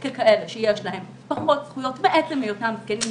ככאלה שיש להם פחות זכויות מעצם היותם זקנים,